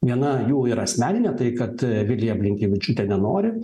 viena jų yra asmeninė tai kad vilija blinkevičiūtė nenori